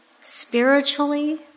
spiritually